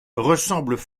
ressemblent